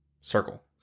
circle